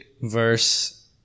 verse